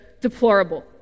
deplorable